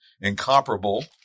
incomparable